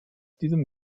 diesem